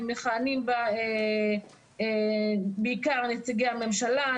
מכהנים בה בעיקר נציגי הממשלה,